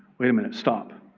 wait a minute. stop.